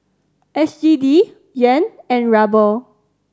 S G D Yuan and Ruble